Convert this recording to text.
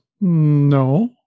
no